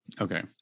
Okay